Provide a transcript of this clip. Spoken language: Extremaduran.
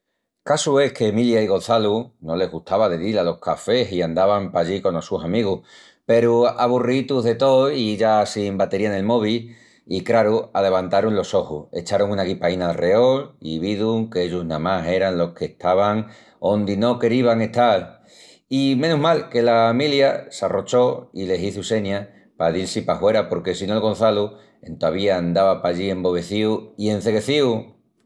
Casu es que Milia i Goçalu no les gustava de dil alos cafés i andavan pallí conos sus amigus, peru aburriítus de tó i ya sin batería nel mobi. I craru, alevantarun los ojus, echarun una guipaína alreol i vidun qu'ellus namás eran los qu'estavan ondi no querivan estal. I menus mal que la Milia s'arrochó i le hizu señas pa dil-si pahuera porque si no el Goçalu entovía andava pallí embobecíu i enceguecíu!